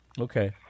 Okay